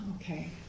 okay